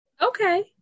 Okay